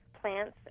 plants